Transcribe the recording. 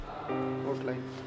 outline